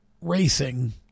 racing